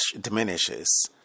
diminishes